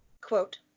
Quote